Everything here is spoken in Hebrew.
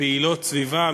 מפעילות סביבה,